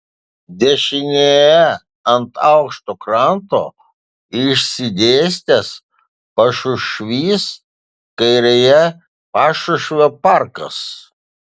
dešinėje ant aukšto kranto išsidėstęs pašušvys kairėje pašušvio parkas